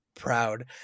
Proud